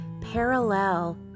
parallel